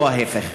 ולא ההפך.